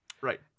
right